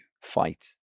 fight